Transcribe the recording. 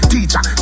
Teacher